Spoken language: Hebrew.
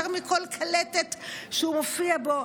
יותר מכל קלטת שהוא הופיע בה,